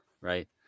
right